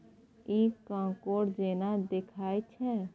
इ कॉकोड़ जेना देखाइत छै